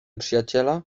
przyjaciela